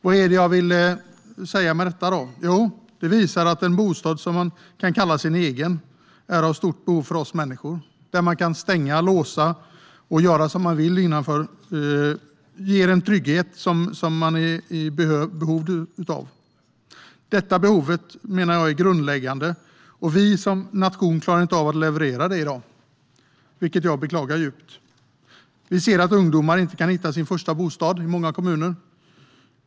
Vad vill jag säga med detta? Jo, det visar att en bostad som man kan kalla sin egen är av stor vikt för oss människor. En plats där man kan stänga om sig och göra som man vill innanför dörren ger en trygghet som vi är i behov av. Detta behov menar jag är grundläggande, och vi som nation klarar inte av att leverera det i dag, vilket jag beklagar djupt. Vi ser att ungdomar i många kommuner inte kan hitta sin första bostad.